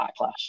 backlash